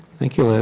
thank you, liz.